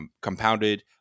compounded